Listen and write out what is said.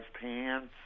pants